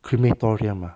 crematorium ah